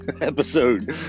episode